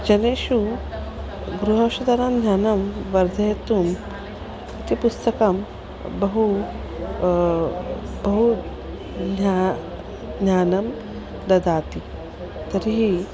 जनेषु गृहेषु धनं धनं वर्धयितुम् इति पुस्तकं बहु बहु ज्ञा ज्ञानं ददाति तर्हि